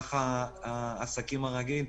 מהלך העסקים הרגיל,